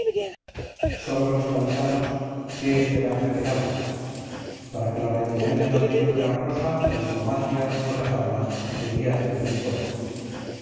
solo los paisanos qué esperanza quedaba para que la rendición de madrid fuera honrosa la diplomacia no las armas debía hacer un esfuerzo